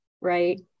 right